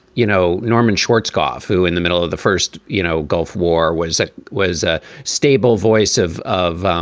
you know, norman schwarzkopf, who in the middle of the first you know gulf war was that was a stable voice of of